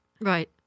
Right